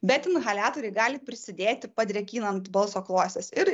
bet inhaliatoriai gali prisidėti padrėkinant balso klostes ir